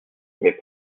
mais